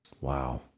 Wow